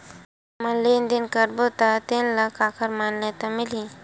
हमन लेन देन करबो त तेन ल काखर मान्यता मिलही?